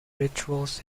rituals